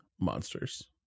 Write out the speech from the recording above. monsters